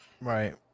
Right